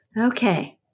Okay